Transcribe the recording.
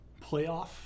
playoff